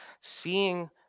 seeing